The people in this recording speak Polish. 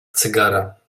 cygara